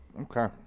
Okay